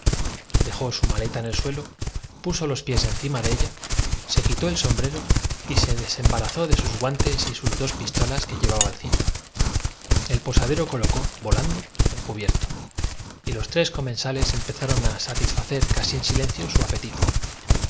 dejó su maleta en el suelo puso los pies encima de ella se quitó el aspecto de ustedes y por el estado de sus ropas veo que como yo han sombrero y se desembarazó de sus guantes y de dos pistolas que llevaba hecho ustedes mucho camino los dos subayudantes aceptaron y el al cinto el posadero colocó volando un cubierto y los tres comen hostelero salió por la puerta de la cocina para ir a la bodega situada sales empezaron a satisfacer casi en silencio su apetito